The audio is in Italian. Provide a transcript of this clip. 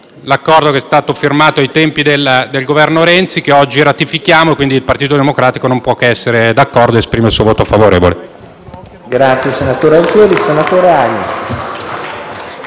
l'Accordo che è stato firmato ai tempi del Governo Renzi, che oggi ratifichiamo, ragion per cui il Partito Democratico non può che essere d'accordo ed annuncia il proprio voto favorevole.